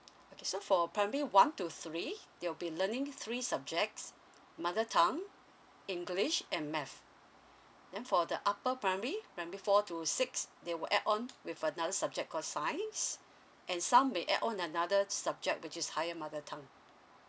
okay so for primary one to three they'll be learning three subjects mother tongue english and math then for the upper primary primary four to six they will add on with another subject call science and some may add on another subject which is higher mother tongue